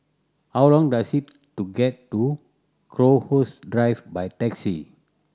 how long does it to get to Crowhurst Drive by taxi